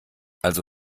also